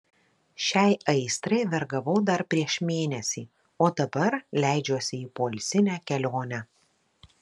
šiai aistrai vergavau dar prieš mėnesį o dabar leidžiuosi į poilsinę kelionę